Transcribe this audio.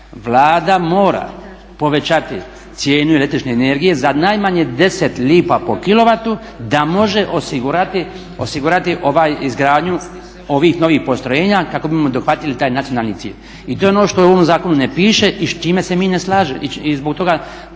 Vlada mora povećati cijenu električne energije za najmanje 10 lipa po kilovatu, da može osigurati izgradnju ovih novih postrojenja kako bismo dohvatili taj nacionalni cilj. I to je ono što u ovom zakonu ne piše i s čime se mi ne slažemo. I zbog toga